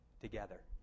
together